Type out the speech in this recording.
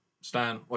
Stan